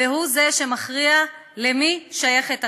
והוא שמכריע למי שייכת הקרקע.